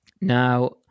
Now